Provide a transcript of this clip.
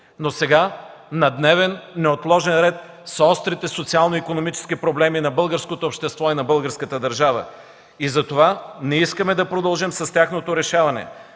Сега на дневен неотложен ред са острите социално- икономически проблеми на българското общество и на българската държава, затова ние искаме да продължим с тяхното решаване.